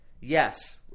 yes